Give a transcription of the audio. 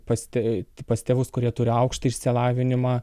pas tė pas tėvus kurie turi aukštą išsilavinimą